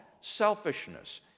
selfishness